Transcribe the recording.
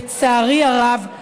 לצערי הרב,